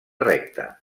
recta